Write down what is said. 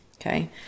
Okay